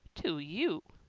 to you,